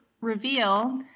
reveal